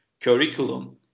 curriculum